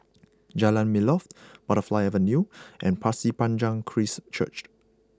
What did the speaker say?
Jalan Melor Butterfly Avenue and Pasir Panjang Christ Church